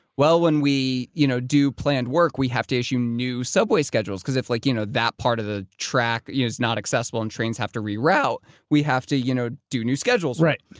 well, when we you know do planned work we have to issue new subway schedules because if like you know that part of the track is not accessible and trains have to reroute, we have to you know do new schedules. right.